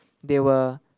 they were